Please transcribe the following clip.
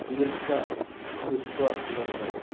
दीर्घ ह्रस्वलेखने